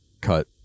cut